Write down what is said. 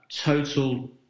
total